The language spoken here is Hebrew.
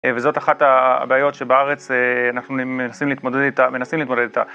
וזאת אחת הבעיות שבארץ אנחנו מנסים להתמודד איתה.